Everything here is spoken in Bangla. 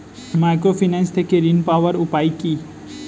মাইক্রোফিন্যান্স থেকে ঋণ পাওয়ার উপায় কি?